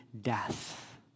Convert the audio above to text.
death